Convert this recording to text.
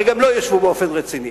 הרי גם לא ישבו באופן רציני.